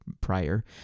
prior